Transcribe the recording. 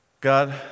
God